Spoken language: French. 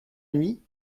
nuit